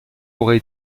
aurait